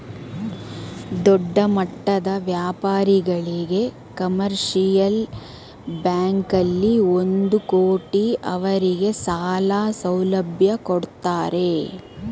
ದೊಡ್ಡಮಟ್ಟದ ವ್ಯಾಪಾರಿಗಳಿಗೆ ಕಮರ್ಷಿಯಲ್ ಬ್ಯಾಂಕಲ್ಲಿ ಒಂದು ಕೋಟಿ ಅವರಿಗೆ ಸಾಲ ಸೌಲಭ್ಯ ಕೊಡ್ತಾರೆ